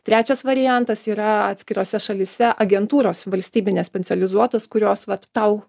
trečias variantas yra atskirose šalyse agentūros valstybinės specializuotos kurios vat tau